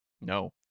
No